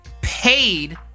paid